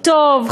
טוב,